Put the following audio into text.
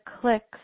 clicks